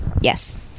yes